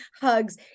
hugs